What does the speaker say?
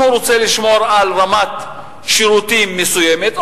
אם הוא רוצה לשמור על רמת שירותים מסוימת,